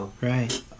right